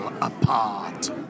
apart